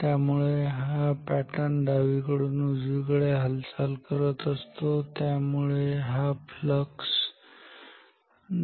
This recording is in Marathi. त्यामुळे हा पॅटर्न डावीकडून उजवीकडे हालचाल करत असतो त्यामुळे हा फ्लक्स